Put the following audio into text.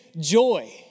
joy